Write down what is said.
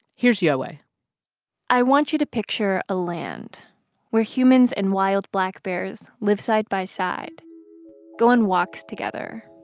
here's yowei i want you to picture a land where humans and wild black bears live side by side go on walks together,